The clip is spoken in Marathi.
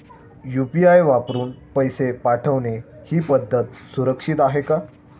यु.पी.आय वापरून पैसे पाठवणे ही पद्धत सुरक्षित आहे का?